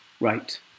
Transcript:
Right